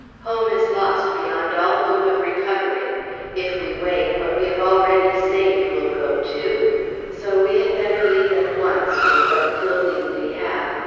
home is lost beyond all hope of recovery if we wait, what we have already saved will go, too so we had better leave at once, with what clothing we have,